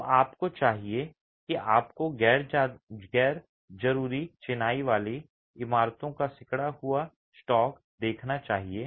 तो आपको चाहिए कि आपको गैर जरूरी चिनाई वाली इमारतों का सिकुड़ा हुआ स्टॉक देखना चाहिए